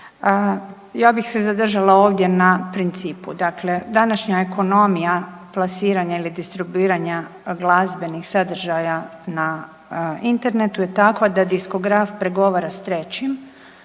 Ja bih se zadržala ovdje na principu, dakle današnja ekonomija plasiranja ili distribuiranja glazbenih sadržaja na internetu je takva da diskograf pregovara s trećim